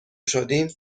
شدیم